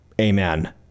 amen